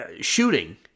shooting